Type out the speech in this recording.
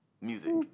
music